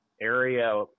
area